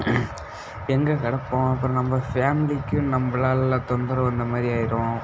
எங்கேக் கிடப்போம் அப்புறம் நம்ம ஃபேம்லிக்கும் நம்மளால தொந்தரவு வந்த மாதிரி ஆகிரும்